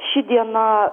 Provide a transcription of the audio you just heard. ši diena